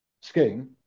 scheme